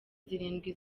zirindwi